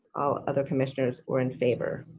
all other commissioners were in favor.